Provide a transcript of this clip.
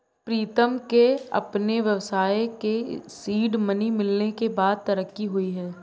प्रीतम के अपने व्यवसाय के सीड मनी मिलने के बाद तरक्की हुई हैं